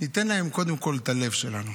ניתן להם קודם כול את הלב שלנו,